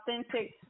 authentic